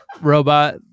robot